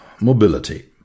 mobility